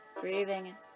Breathing